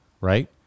right